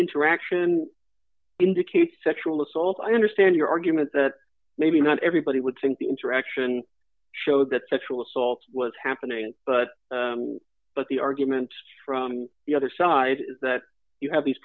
interaction indicates sexual assault i understand your argument that maybe not everybody would think the interaction showed that sexual assault was happening but the argument from the other side is that you have these